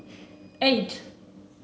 eight